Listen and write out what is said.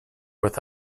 with